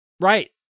Right